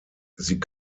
sie